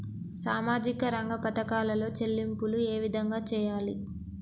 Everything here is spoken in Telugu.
సామాజిక రంగ పథకాలలో చెల్లింపులు ఏ విధంగా చేయాలి?